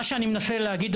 מה שאני מנסה להגיד,